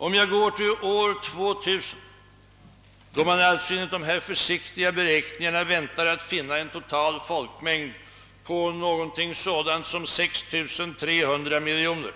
Om jag går till år 2000, då man alltså enligt dessa försiktiga beräkningar väntar att finna en total folkmängd på ungefär 6 300 miljoner människor,